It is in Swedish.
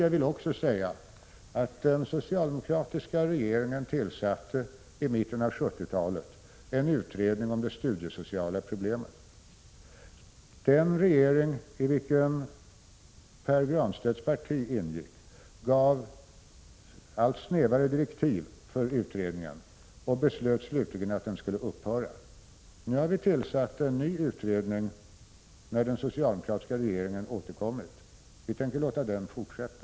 Jag vill också säga att den socialdemokratiska regeringen i mitten av 1970-talet tillsatte en utredning när det gäller de studiesociala problemen. Den regering i vilken Pär Granstedts parti ingick gav dock utredningen allt snävare direktiv och beslöt slutligen att utredningen skulle upphöra. Efter den socialdemokratiska regeringens återkomst har vi emellertid tillsatt en ny utredning, och vi tänker låta den fortsätta.